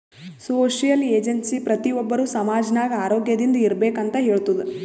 social agency ಪ್ರತಿ ಒಬ್ಬರು ಸಮಾಜ ನಾಗ್ ಆರೋಗ್ಯದಿಂದ್ ಇರ್ಬೇಕ ಅಂತ್ ಹೇಳ್ತುದ್